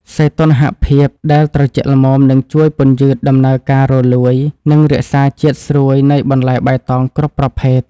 សីតុណ្ហភាពដែលត្រជាក់ល្មមនឹងជួយពន្យឺតដំណើរការរលួយ និងរក្សាជាតិស្រួយនៃបន្លែបៃតងគ្រប់ប្រភេទ។